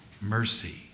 mercy